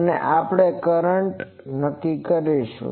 તો આપણે કરંટ નક્કી કરીશું